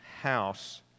house